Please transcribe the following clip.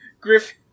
Griff